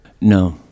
no